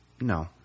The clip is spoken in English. no